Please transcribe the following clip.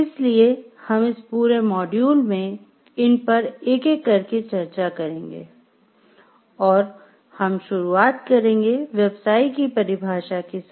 इसलिए हम इस पूरे मॉड्यूल में इन पर एक एक करके चर्चा करेंगे और हम शुरुआत करेंगे व्यवसाय की परिभाषा के साथ